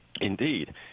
Indeed